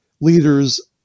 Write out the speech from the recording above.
leaders